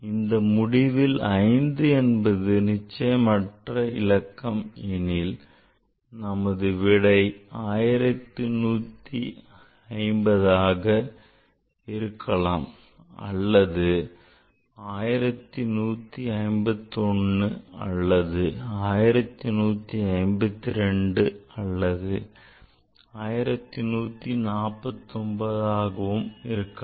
இந்த முடிவில் 5 என்பது நிச்சயமற்ற இலக்கம் எனில் நமது விடை 1150 ஆக இருக்கலாம் அல்லது 1151 அல்லது 1152 அல்லது 1149 ஆக இருக்கலாம்